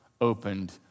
opened